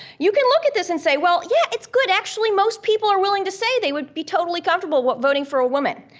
you can look at this and say, well, yeah, it's good, actually most people are willing to say they would be totally comfortable voting for a woman.